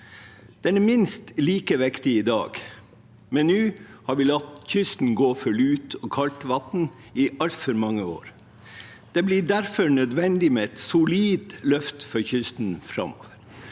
Den er minst like viktig i dag. Men nå har vi latt kysten gå for lut og kaldt vatn i altfor mange år. Det blir derfor nødvendig med et solid løft for kysten framover.